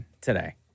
today